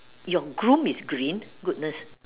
your groom is green goodness